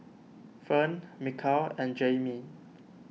Ferne Mikal and Jaimie